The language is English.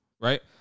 right